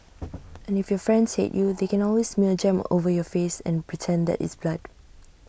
and if your friends hate you they can always smear jam over your face and pretend that it's blood